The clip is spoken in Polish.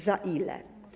Za ile?